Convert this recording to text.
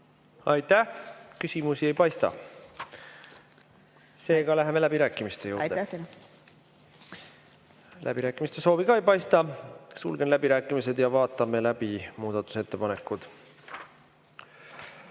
Aitäh! Küsimusi ei paista. Seega läheme läbirääkimiste juurde. Läbirääkimiste soovi ka ei paista, sulgen läbirääkimised. Vaatame läbi muudatusettepanekud.